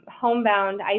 homebound